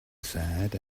sad